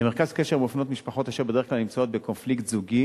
למרכז קשר מופנות משפחות אשר בדרך כלל נמצאות בקונפליקט זוגי